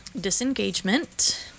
disengagement